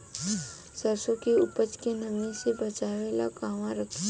सरसों के उपज के नमी से बचावे ला कहवा रखी?